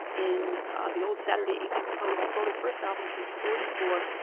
in the old saturday evening post, sold her first album when she was forty four,